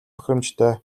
тохиромжтой